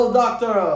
doctor